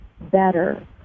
better